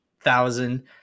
thousand